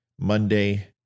Monday